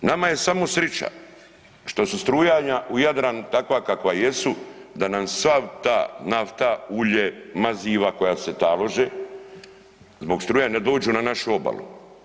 Nama je samo srića što su strujanja u Jadranu takva kakva jesu da nam sva ta nafta, ulje, maziva koja se talože, zbog strujanja ne dođu na našu obalu.